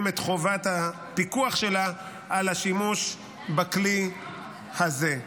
את חובת הפיקוח שלה על השימוש בכלי הזה.